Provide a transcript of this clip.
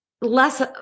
less